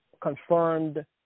confirmed